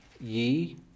Ye